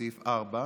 בסעיף 4,